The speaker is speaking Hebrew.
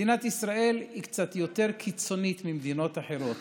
מדינת ישראל היא קצת יותר קיצונית ממדינות אחרות